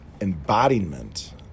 embodiment